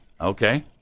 Okay